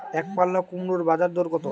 একপাল্লা কুমড়োর বাজার দর কত?